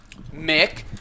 Mick